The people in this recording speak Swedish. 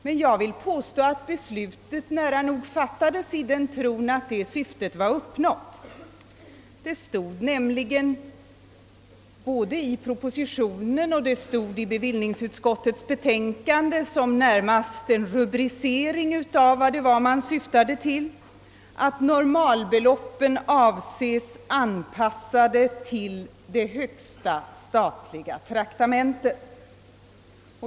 Jag vill emellertid påstå att beslutet nära nog fattades i tron att syftet i fråga om likformighet var uppnått. Det stod nämligen både i propositionen och i bevillningsutskottets betänkande som närmast en rubricering av vad man syftade till, att normalbeloppen avses anpassade till det högsta statliga traktamentet.